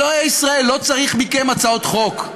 אלוהי ישראל לא צריך מכם הצעות חוק.